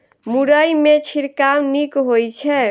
मुरई मे छिड़काव नीक होइ छै?